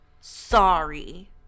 sorry